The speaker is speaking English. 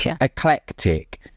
eclectic